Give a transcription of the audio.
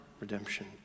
redemption